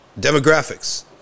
Demographics